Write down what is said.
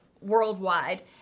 worldwide